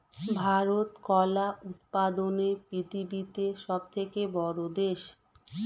ভারত কলা উৎপাদনে পৃথিবীতে সবথেকে বড়ো দেশ